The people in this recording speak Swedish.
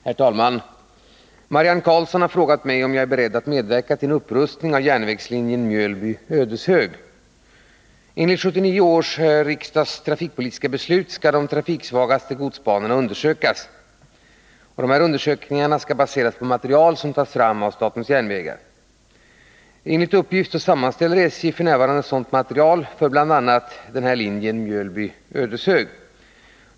Herr talman! Marianne Karlsson har frågat mig om jag är beredd att medverka till en upprustning av järnvägslinjen Mjölby-Ödeshög. Enligt 1979 års trafikpolitiska beslut skall de trafiksvagaste godsbanorna undersökas. Undersökningarna baseras på material som SJ tar fram. Enligt uppgift sammanställer SJ f. n. sådant material för bl.a. linjen Mjölby-Ödeshög.